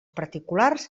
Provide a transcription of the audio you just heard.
particulars